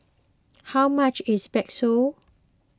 how much is Bakso